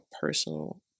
personal